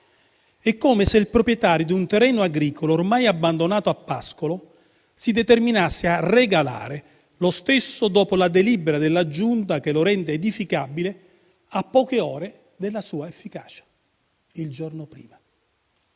È come se il proprietario di un terreno agricolo, ormai abbandonato a pascolo, si determinasse a regalare lo stesso dopo la delibera della Giunta che lo rende edificabile a poche ore dalla sua efficacia, il giorno prima.